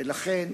ולכן,